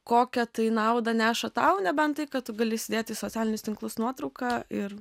kokią tai naudą neša tau nebent taip kad tu gali įsidėti į socialinius tinklus nuotrauką ir